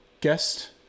Guest